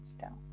down